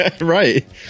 Right